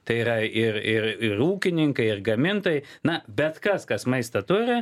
tai yra ir ir ūkininkai ir gamintojai na bet kas kas maistą turi